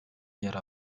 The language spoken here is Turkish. yer